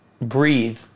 breathe